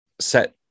set